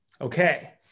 Okay